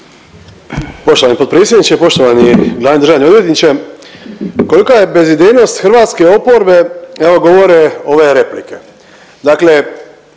Poštovani potpredsjedniče, poštovani glavni državni odvjetniče. Kolika je bezidejnost hrvatske oporbe evo govore ove replike. Dakle,